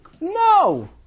No